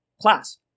class